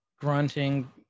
grunting